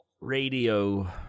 Radio